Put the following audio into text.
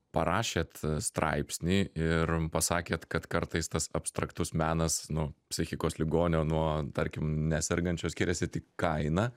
parašėt straipsnį ir pasakėt kad kartais tas abstraktus menas nu psichikos ligonio nuo tarkim nesergančio skiriasi tik kaina